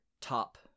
top